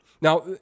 Now